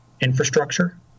infrastructure